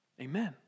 Amen